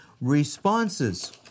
responses